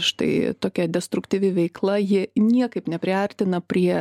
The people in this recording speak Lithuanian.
štai tokia destruktyvi veikla ji niekaip nepriartina prie